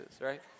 right